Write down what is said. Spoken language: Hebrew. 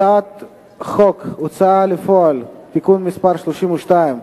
הצעת חוק ההוצאה לפועל (תיקון מס' 32)